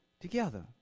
together